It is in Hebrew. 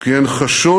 כי הן חשות